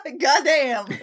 Goddamn